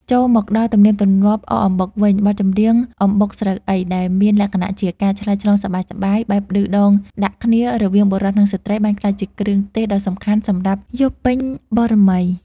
ចូលមកដល់ទំនៀមទម្លាប់អកអំបុកវិញ បទចម្រៀង «អំបុកស្រូវអី?» ដែលមានលក្ខណៈជាការឆ្លើយឆ្លងសប្បាយៗ បែបឌឺដងដាក់គ្នារវាងបុរសនិងស្រ្តី បានក្លាយជាគ្រឿងទេសដ៏សំខាន់សម្រាប់យប់ពេញបូណ៌មី។